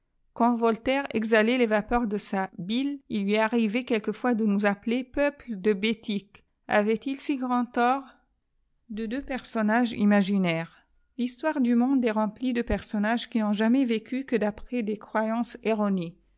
quand voltaire exhalait les vapeurs de st bile il lui arrivait quelquefois de nous appeler peuple de bétiqjue avait-il si grand tort de deux personnages imaginaires l'histoire du monde est remplie de personnages qui n'ont ja mais vécu que d'après des croyances